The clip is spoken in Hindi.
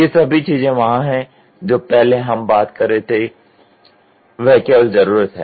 ये सभी चीजें वहां हैं जो पहले हम बात कर रहे थे वह केवल जरूरत है